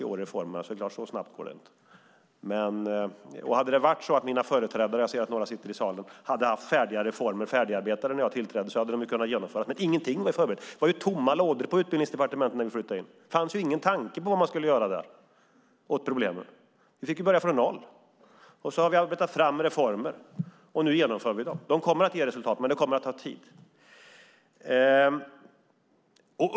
Ja, men reformerna genomförs i år, och så snabbt går det inte. Hade mina företrädare - jag ser att några sitter i salen - haft färdigarbetade reformer när jag tillträdde hade de kunnat genomföra dem, men ingenting var förberett. Det var tomma lådor på Utbildningsdepartementet när vi flyttade in. Det fanns ju inte en tanke om vad man skulle göra åt problemen. Vi fick börja från noll. Vi har arbetat fram reformer, och nu genomför vi dem. De kommer att ge resultat, men det kommer att ta tid.